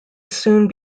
soon